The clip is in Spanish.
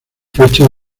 fecha